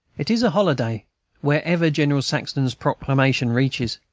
it is a holiday wherever general saxton's proclamation reaches.